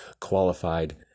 qualified